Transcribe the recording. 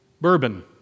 bourbon